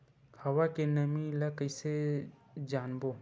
हवा के नमी ल कइसे जानबो?